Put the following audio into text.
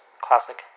classic